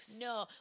No